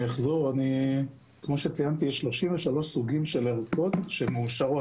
כמו שציינתי, יש 33 סוגים של ערכות שמאושרות.